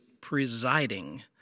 presiding